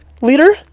leader